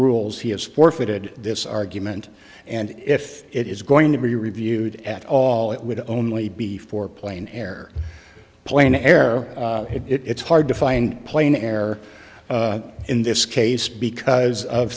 rules he has forfeited this argument and if it is going to be reviewed at all it would only be for plane air plane to air it's hard to find plane air in this case because of